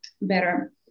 better